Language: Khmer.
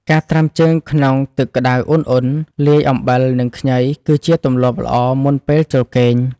ការត្រាំជើងក្នុងទឹកក្តៅឧណ្ហៗលាយអំបិល និងខ្ញី គឺជាទម្លាប់ល្អមុនពេលចូលគេង។